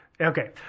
Okay